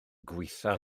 gwaethaf